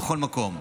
בכל מקום.